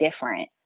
different